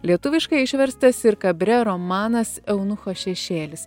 lietuviškai išverstas ir kabrė romanas eunucho šešėlis